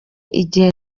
igihe